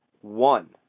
one